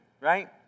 right